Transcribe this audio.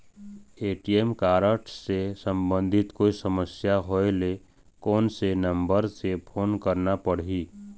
ATM card से संबंधित कोई समस्या होय ले, कोन से नंबर से फोन करना पढ़ही?